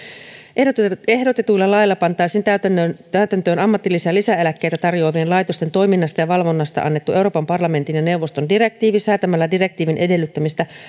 ehdotetuilla ehdotetuilla laeilla pantaisiin täytäntöön täytäntöön ammatillisia lisäeläkkeitä tarjoavien laitosten toiminnasta ja valvonnasta annettu euroopan parlamentin ja neuvoston direktiivi säätämällä direktiivin edellyttämistä